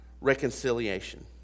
reconciliation